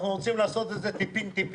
אנחנו רוצים לעשות את זה טיפין-טיפין.